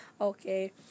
okay